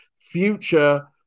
future